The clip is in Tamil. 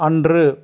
அன்று